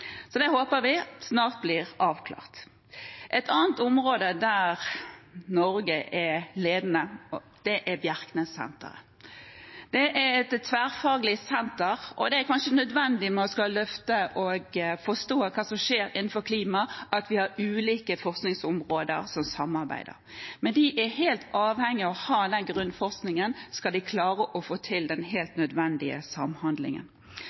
Så det håper vi snart blir avklart. Et annet område der Norge er ledende, er Bjerknessenteret. Det er et tverrfaglig senter, og det er kanskje nødvendig når en skal løfte og forstå hva som skjer innenfor klima, at vi har ulike forskningsområder som samarbeider. Men de er helt avhengige av å ha den grunnforskningen skal de klare å få til den helt nødvendige samhandlingen.